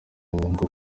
inyungu